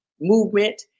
movement